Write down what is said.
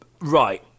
Right